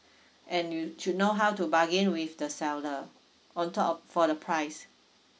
and you should know how to bargain with the seller on top for the price